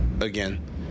Again